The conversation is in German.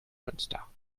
münster